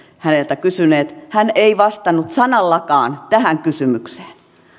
häneltä kysyneet niin hän ei vastannut sanallakaan tähän kysymykseen